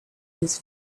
his